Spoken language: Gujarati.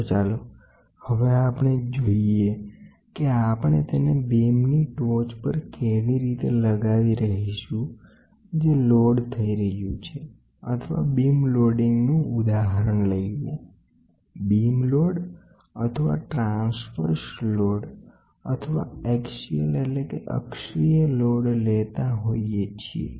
તો ચાલો હવે આપણે જોઈએ કે આપણે તેને બીમની ટોચ પર કેવી રીતે લગાવી રહીશું જે લોડ થઈ રહ્યું છે અથવા બીમ લોડિંગ ઉદાહરણ છે બીમ લોડ અથવા ટ્રાંસવર્સ લોડ અથવા અક્ષીય લોડ લેતા આપણે જોઇ શકીએ છીએ